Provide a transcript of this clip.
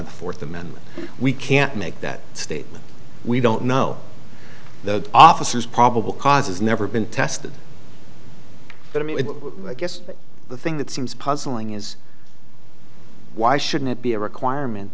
the fourth amendment we can't make that statement we don't know the officers probable cause is never been tested but i mean i guess the thing that seems puzzling is why shouldn't it be a requirement